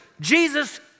Jesus